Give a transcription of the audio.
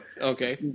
Okay